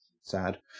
sad